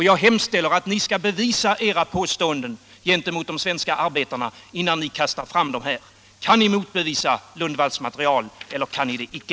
Jag hemställer att ni bevisar era påståenden gentemot de svenska arbetarna innan ni kastar fram dem. Kan ni motbevisa Lundvalls material eller kan ni det icke?